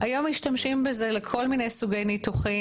היום משתמשים בזה לכל מיני סוגי ניתוחים.